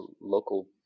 local